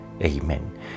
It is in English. Amen